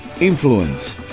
influence